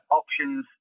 options